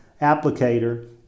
applicator